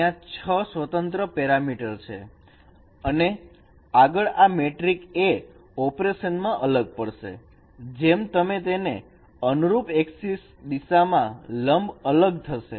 ત્યાં 6 સ્વતંત્ર પેરામીટર છે અને આગળ આ મેટ્રિક A ઓપરેશનમાં અલગ પડશે જેમ તમે તેને અનુરૂપ એક્સિસ દિશામાં લંબ અલગ થશે